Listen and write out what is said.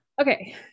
Okay